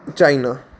China